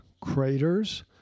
craters